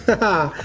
ahah!